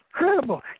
incredible